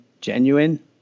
genuine